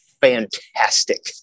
fantastic